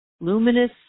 luminous